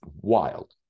wild